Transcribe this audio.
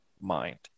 mind